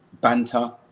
banter